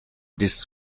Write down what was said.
discs